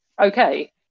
okay